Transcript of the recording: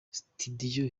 studio